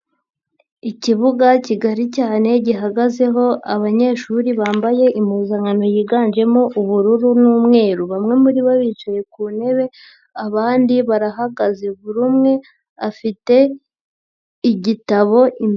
Ikibuga kigari cyane gihagazeho abanyeshuri bambaye impuzankano yiganjemo ubururu n'umweru bamwe muri bo bicaye ku ntebe abandi barahagaze, buri umwe afite igitabo imbere ye.